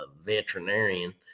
veterinarian